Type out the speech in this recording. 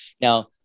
Now